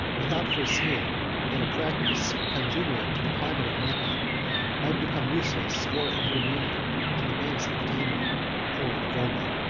without foreseeing that a practice congenial to the climate of mecca might become useless or inconvenient on the banks of the danube or the volga.